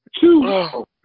two